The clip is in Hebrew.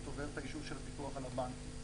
עובר את האישור של הפיקוח על הבנקים.